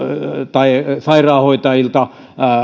tai sairaanhoitajilta